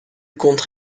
contre